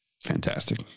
Fantastic